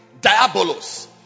Diabolos